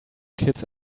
kids